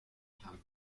camp